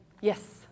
Yes